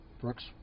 Brooks